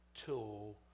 tool